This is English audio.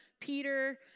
Peter